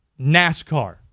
NASCAR